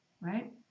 Right